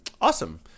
Awesome